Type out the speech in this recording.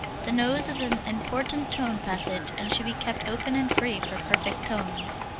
the nose is an important tone passage and should be kept open and free for perfect tones.